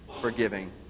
forgiving